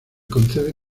concede